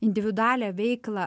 individualią veiklą